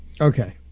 Okay